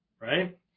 Right